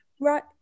right